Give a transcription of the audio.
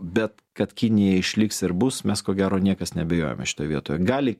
bet kad kinija išliks ir bus mes ko gero niekas neabejojame šitoj vietoj gali